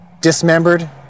dismembered